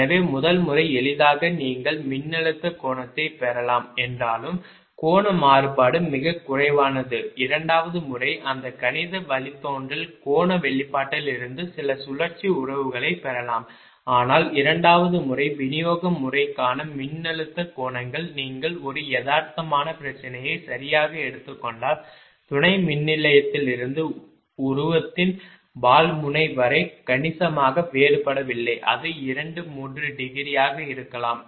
எனவே முதல் முறை எளிதாக நீங்கள் மின்னழுத்த கோணத்தைப் பெறலாம் என்றாலும் கோண மாறுபாடு மிகக் குறைவானது இரண்டாவது முறை அந்த கணித வழித்தோன்றல் கோண வெளிப்பாட்டிலிருந்து சில சுழற்சி உறவுகளைப் பெறலாம் ஆனால் இரண்டாவது முறை விநியோக முறைக்கான மின்னழுத்த கோணங்கள் நீங்கள் ஒரு யதார்த்தமான பிரச்சனையை சரியாக எடுத்துக் கொண்டால் துணை மின்நிலையத்திலிருந்து உருவத்தின் வால் முனை வரை கணிசமாக வேறுபடவில்லை அது 2 3 டிகிரியாக இருக்கலாம்